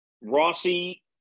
Rossi